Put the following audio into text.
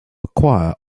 acquire